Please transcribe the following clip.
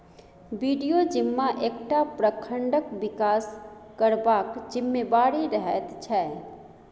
BDO जिम्मा एकटा प्रखंडक बिकास करबाक जिम्मेबारी रहैत छै